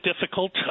difficult